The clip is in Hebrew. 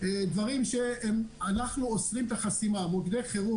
דברים שאנחנו אוסרים את החסימה שלהם מוקדי חירום,